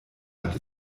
hat